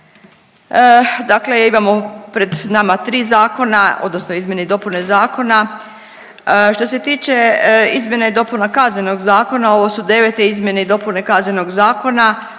dakle imamo pred nama tri zakona odnosno izmjene i dopune zakona. Što se tiče izmjena i dopuna Kaznenog zakona ovo su devete izmjene i dopune Kaznenog zakona,